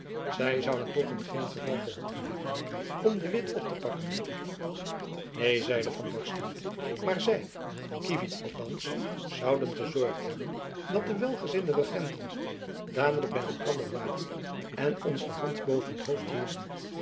zy zouden toch in geen geval geholpen hebben om de witt op te pakken neen zeide van dorsten maar zy kievit althands zouden gezorgd hebben dat de welgezinde jacob van lennep elizabeth musch regenten dadelijk by elkander waren en ons de hand boven t hoofd hielden